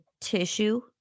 tissue